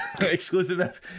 exclusive